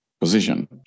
position